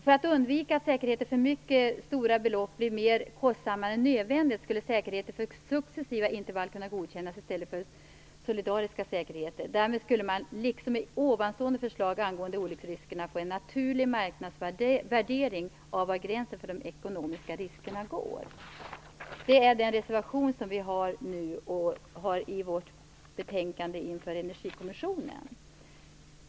För att undvika att säkerheter för mycket stora belopp blir mer kostsamma än nödvändigt skulle säkerheter för successiva intervall kunna godkännas i stället för solidariska säkerheter. Därmed skulle man liksom i ovanstående förslag angående olycksriskerna få en naturlig marknadsvärdering av var gränsen för de ekonomiska riskerna går. Det är den reservation som vi har inför Energikommissionen.